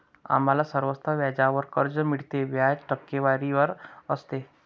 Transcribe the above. आम्हाला सर्वत्र व्याजावर कर्ज मिळते, व्याज टक्केवारीवर असते